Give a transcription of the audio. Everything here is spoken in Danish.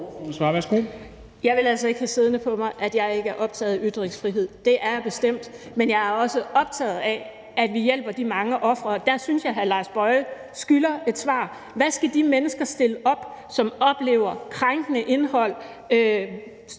Jeg vil altså ikke have siddende på mig, at jeg ikke er optaget af ytringsfrihed. Det er jeg bestemt, men jeg er også optaget af, at vi hjælper de mange ofre, og der synes jeg, at hr. Lars Boje Mathiesen skylder et svar på: Hvad skal de mennesker stille op, som oplever krænkende indhold med